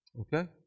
okay